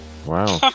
Wow